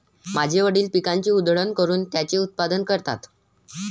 माझे वडील पिकाची उधळण करून त्याचे उत्पादन करतात